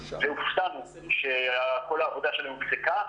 והופתענו שכל העבודה שלהם הופסקה.